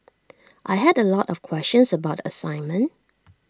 I had A lot of questions about the assignment